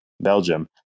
Belgium